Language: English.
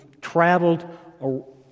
traveled